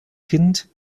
kindes